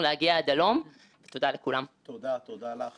עד כדי פגיעה אמיתית ביכולת לשמור על יציבות המערכת